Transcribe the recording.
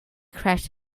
crashed